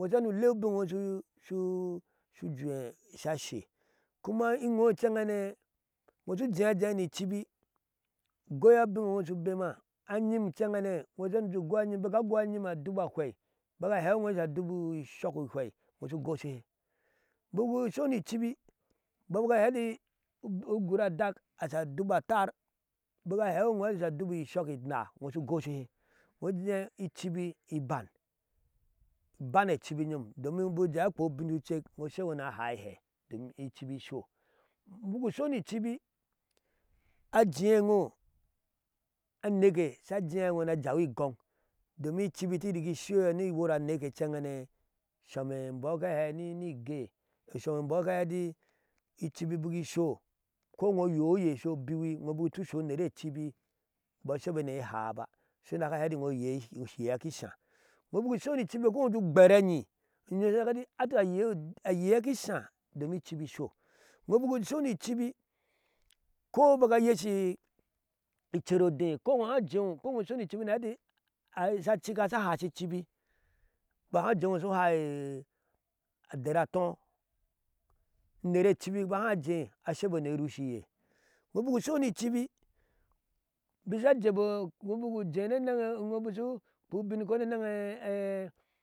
Wosu iya noleu binwosu su sujea shashe kuma inwo can hane wo sujea jea ni cibi, goi abinne wosu bema ayim can hane wosu iya noju goi ayim bika goi ayim aduba hwei baka hewinwo ati sha dubi sokki hwei wosu goshihe, buku suni cibhi bobika hati agur da asha duba tar, bika hewinwo asha dubi sokki naa wosu gosiye ujea icibi iban, iban ne cini na haihe domi kibi iso buku soni cibi ajeawo aneke shajae wo najawi igon domin icibi ti rigi soyo ni worane ke cn hane shemembop kahe ni ni egae, sowembo kaheti icibi bikiso, kowo uyeye so biwi, wo bukutu so unere cibi bɔ shabɔ nehaa ba, she daka hati wo yeya kishae, wo buku soni cibi kowo go gbareuyom daka heti ata uyom daka heti ata ayeya ishea domi icibi iso, wobuku soni cibi ko baka yeshi kerodeh, kowo hajewo, kowo soni cibi bahajewo suhai adaratuu unere cibi bahaijei ashebɔ ne roshiye, woluku sowoni cibi, bisha jebɔ wobuku jene nie wo busu pwobinko ne ɛ ɛ